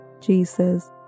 Jesus